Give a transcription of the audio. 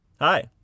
Hi